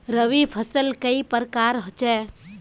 रवि फसल कई प्रकार होचे?